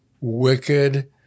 wicked